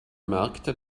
merkte